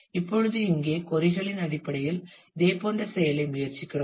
இப்பொழுது இங்கே கொறிகளின் அடிப்படையில் இதேபோன்ற செயலைச் செய்ய முயற்சிக்கிறோம்